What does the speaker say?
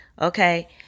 Okay